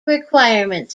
requirement